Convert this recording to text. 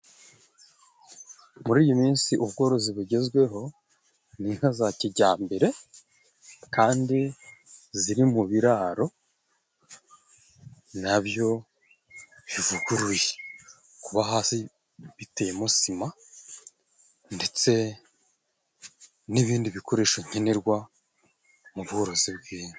Muri iyi minsi ubworozi bugezweho ni inka za kijyambere, kandi ziri mu biraro na byo bivuguruye, kuba hasi biteyemo sima, ndetse n'ibindi bikoresho nkenerwa mu bworozi bw'inka.